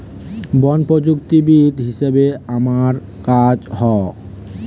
বন প্রযুক্তিবিদ হিসাবে আমার কাজ হ